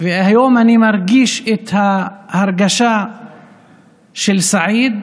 והיום אני מרגיש את ההרגשה של סעיד,